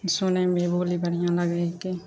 सुनैमे ई बोली बढ़िआँ लागै हिकै